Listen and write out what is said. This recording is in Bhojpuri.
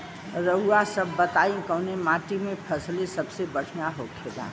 रउआ सभ बताई कवने माटी में फसले सबसे बढ़ियां होखेला?